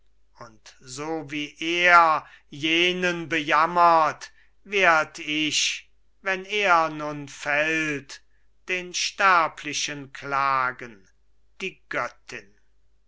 und so wie er jenen bejammert werd ich wenn er nun fällt den sterblichen klagen die göttin